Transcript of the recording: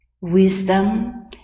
wisdom